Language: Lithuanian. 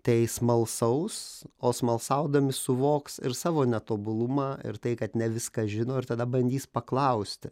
tai smalsaus o smalsaudami suvoks ir savo netobulumą ir tai kad ne viską žino ir tada bandys paklausti